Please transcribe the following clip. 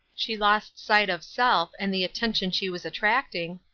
she lost sight of self and the attention she was attracting,